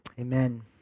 Amen